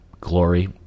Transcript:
glory